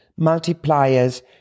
multipliers